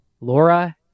Laura